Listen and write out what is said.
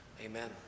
amen